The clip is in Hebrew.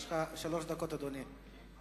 יש לך שלוש דקות, אדוני.